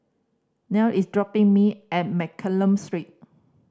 Nell is dropping me at Mccallum Street